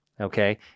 okay